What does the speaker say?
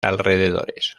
alrededores